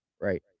right